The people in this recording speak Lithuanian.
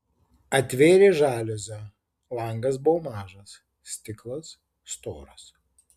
atvėrė žaliuzę langas buvo mažas stiklas storas